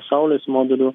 saulės modulių